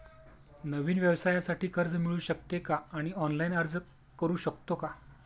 नवीन व्यवसायासाठी कर्ज मिळू शकते का आणि ऑनलाइन अर्ज करू शकतो का?